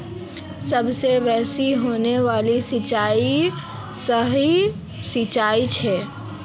सबसे बेसि होने वाला सिंचाई सतही सिंचाई छ